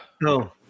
No